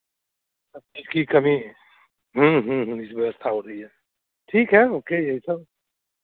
उसकी कमी ह्म्म ह्म्म ह्म्म व्यवस्था हो रही है ठीक है ओके यही सब